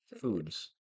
foods